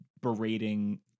berating